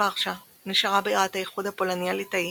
ורשה נשארה בירת האיחוד הפולני-ליטאי